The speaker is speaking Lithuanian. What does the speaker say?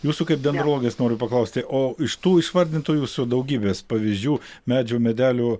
jūsų kaip dendrologės noriu paklausti o iš tų išvardintų jūsų daugybės pavyzdžių medžių medelių